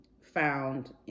found